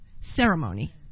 ceremony